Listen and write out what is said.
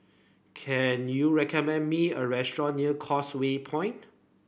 can you recommend me a restaurant near Causeway Point